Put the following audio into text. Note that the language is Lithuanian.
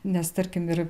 nes tarkim ir